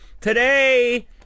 today